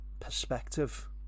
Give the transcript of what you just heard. perspective